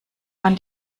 man